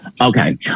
Okay